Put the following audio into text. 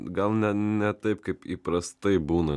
gal ne ne taip kaip įprastai būna